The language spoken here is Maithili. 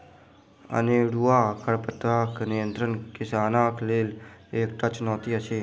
अनेरूआ खरपातक नियंत्रण किसानक लेल एकटा चुनौती अछि